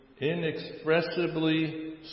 inexpressibly